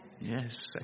Yes